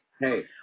hey